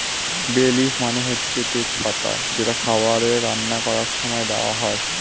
বে লিফ মানে হচ্ছে তেজ পাতা যেটা খাবারে রান্না করার সময়ে দেওয়া হয়